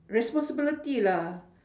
responsibility lah